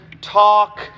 talk